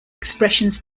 expressions